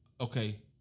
okay